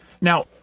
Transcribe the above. Now